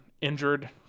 injured